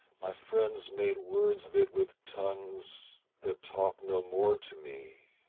my friends made words of it with tongues that talk no more to me.